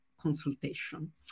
consultation